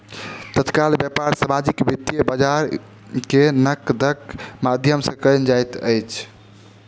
तत्काल व्यापार सामाजिक वित्तीय बजार में नकदक माध्यम सॅ कयल जाइत अछि